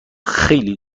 خیلی